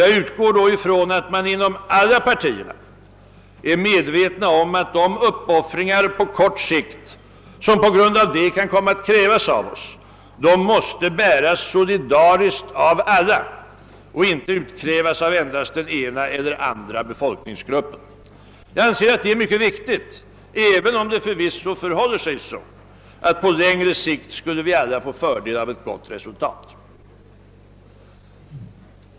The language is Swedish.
Jag utgår då från att man inom alla partier är medveten om att de uppoffringar på kort sikt, som på grund härav kan komma att krävas av oss, måste bäras solidariskt av alla och inte får utkrävas av endast den ena eller den andra befolkningsgruppen. Jag anser detta vara mycket viktigt, även om det förvisso förhåller sig så, att vi alla på längre sikt skulle få fördel av ett gott resultat.